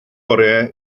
orau